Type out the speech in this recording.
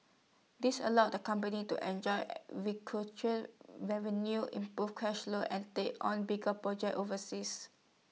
this allows the company to enjoy revenue improve cash flow and take on bigger projects overseas